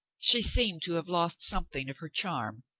she seemed to have lost something of her charm.